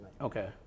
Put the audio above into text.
Okay